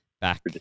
back